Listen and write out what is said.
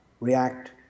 react